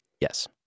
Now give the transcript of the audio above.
Yes